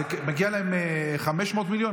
מגיעים להם 500 מיליון?